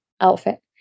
outfit